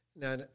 Now